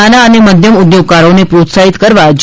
નાના અને મધ્યમ ઉધ્યોગકારોને પ્રોત્સાહિત કરવા જી